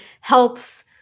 helps